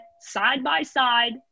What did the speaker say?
side-by-side